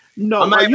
No